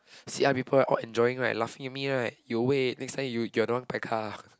see other people all enjoying right laughing at me right you wait next time you you are the one bai kah